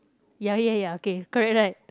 ya ya ya okay correct correct